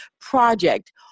project